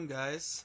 guys